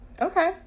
Okay